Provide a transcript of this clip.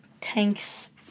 tanks